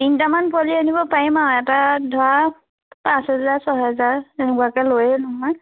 তিনিটামান পোৱালি আনিব পাৰিম আৰু এটাত ধৰা পাঁচ হেজাৰ ছয় হেজাৰ এনেকুৱাকে লৈয়ে নহয়